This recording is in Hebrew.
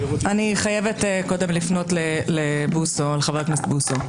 אני חייבת קודם כול לפנות לחבר הכנסת בוסו.